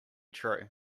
true